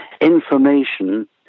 information